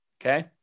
Okay